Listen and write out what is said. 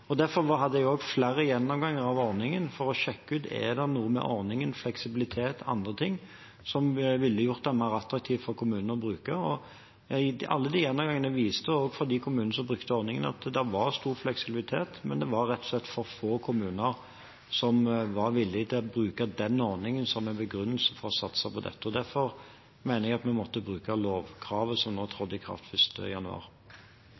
Derfor hadde jeg også flere gjennomganger av ordningen for å sjekke ut om det var noe med ordningen, fleksibilitet eller andre ting, som ville gjort det mer attraktivt for kommunene å bruke den. Alle gjennomgangene viste, for de kommunene som brukte ordningen, at det var stor fleksibilitet, men det var rett og slett for få kommuner som var villig til å bruke den ordningen som en begrunnelse for å satse på dette. Derfor mener jeg at vi måtte bruke lovkravet som trådte i kraft 1. januar.